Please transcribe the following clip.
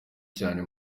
cyane